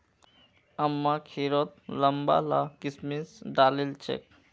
अम्मा खिरत लंबा ला किशमिश डालिल छेक